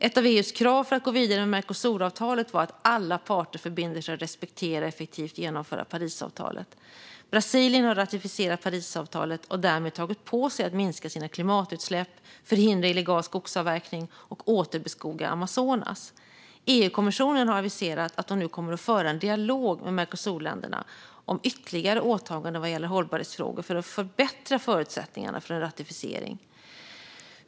Ett av EU:s krav för att gå vidare med Mercosuravtalet var att alla parter förbinder sig att respektera och effektivt genomföra Parisavtalet. Brasilien har ratificerat Parisavtalet och har därmed tagit på sig att minska sina klimatutsläpp, förhindra illegal skogsavverkning och återbeskoga Amazonas. EU-kommissionen har aviserat att de nu kommer att föra en dialog med Mercosurländerna om ytterligare åtaganden vad gäller hållbarhetsfrågor för att förbättra förutsättningarna för en ratificering.